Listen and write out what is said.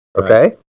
Okay